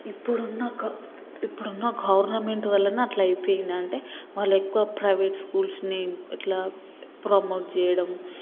ఇప్పుడున్న ఒక ఇప్పుడున్న గవర్నమెంట్ వలన అట్లా అయిపోయింది అంటే వాళ్ళు ఎక్కువ ప్రైవేట్ స్కూల్స్ని ఇట్లా ప్రమోట్ చెయ్యడం